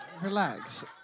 Relax